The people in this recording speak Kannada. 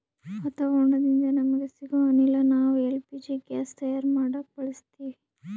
ವಾತಾವರಣದಿಂದ ನಮಗ ಸಿಗೊ ಅನಿಲ ನಾವ್ ಎಲ್ ಪಿ ಜಿ ಗ್ಯಾಸ್ ತಯಾರ್ ಮಾಡಕ್ ಬಳಸತ್ತೀವಿ